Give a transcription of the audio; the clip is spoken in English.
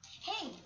hey